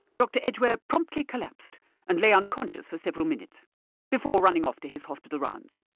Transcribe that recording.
doctor edgware promptly collapsed and lay unconscious for several minutes before running off to his hospital rounds.